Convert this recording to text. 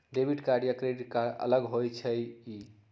Debit card या credit card अलग होईछ ई?